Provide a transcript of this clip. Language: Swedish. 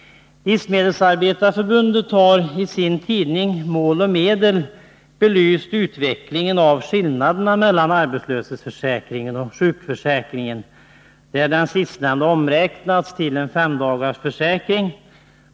Livsmedelsarbetareförbundet har i sin tidning Mål och Medel belyst utvecklingen av skillnaderna mellan arbetslöshetsförsäkringen och sjukförsäkringen, varvid den sistnämnda omräknats till en femdagarsförsäkring.